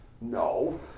no